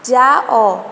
ଯାଅ